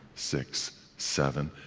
six, seven,